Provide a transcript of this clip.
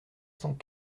cent